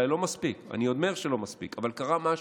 אולי לא מספיק, אני אומר שלא מספיק, אבל קרה משהו,